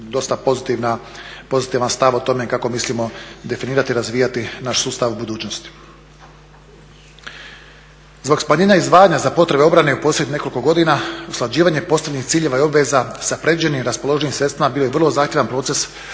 dosta pozitivan stav o tome kako mislimo definirati i razvijati naš sustav u budućnosti. Zbog smanjenja izdvajanja za potrebe obrane i u posljednjih nekoliko godina usklađivanje postavljenih ciljeva i obaveza sa predviđenim raspoloživim sredstvima bio je vrlo zahtjevan proces